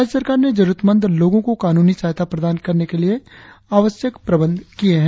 राज्य सरकार ने जरुरतमंद लोगों को कानूनी सहायता प्रदान करने के लिए आवश्यक प्रबंध किए है